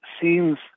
seems